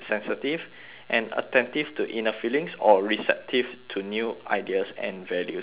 and attentive to inner feelings or receptive to new ideas and values so